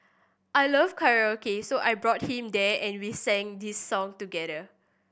I love karaoke so I brought him there and we sang this song together